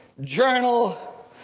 journal